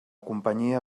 companyia